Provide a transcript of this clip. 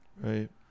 Right